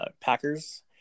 Packers